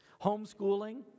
homeschooling